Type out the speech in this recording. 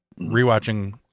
rewatching